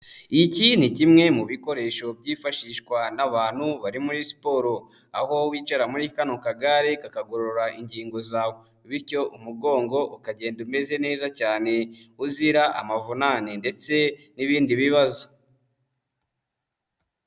Iki ni kimwe mu bikoresho byifashishwa n'abantu bari muri siporo, aho wicara muri kano kagare kakagorora ingingo zawe, bityo umugongo ukagenda umeze neza cyane uzira amavunane ndetse n'ibindi bibazo.